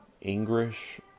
English